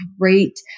great